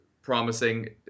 Promising